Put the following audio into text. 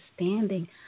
understanding